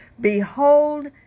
Behold